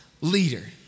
leader